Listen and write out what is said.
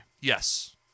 Yes